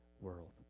world